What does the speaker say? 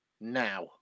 now